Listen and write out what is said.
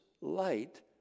light